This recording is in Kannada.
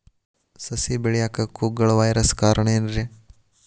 ಸಸಿ ಬೆಳೆಯಾಕ ಕುಗ್ಗಳ ವೈರಸ್ ಕಾರಣ ಏನ್ರಿ?